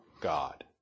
God